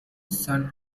san